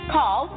Call